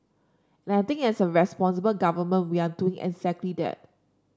and I think as a responsible government we're doing exactly that